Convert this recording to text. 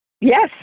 Yes